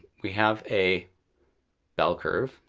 we have a bell curve,